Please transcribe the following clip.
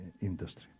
industry